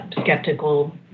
skeptical